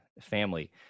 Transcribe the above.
family